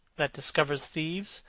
that discovers thieves,